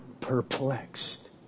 perplexed